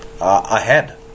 ahead